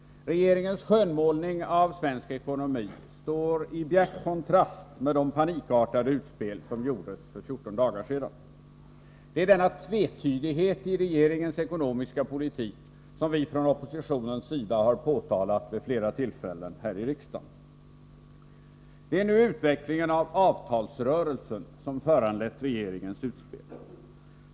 Regeringens skönmålning av svensk ekonomi står i bjärt kontrast med det panikartade utspel som gjordes för 14 dagar sedan. Det är denna tvetydighet i regeringens ekonomiska politik som vi från oppositionens sida har påtalat vid flera tillfällen här i riksdagen. Det är nu utvecklingen av avtalsrörelsen som föranlett regeringens utspel.